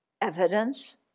evidence